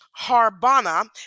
Harbana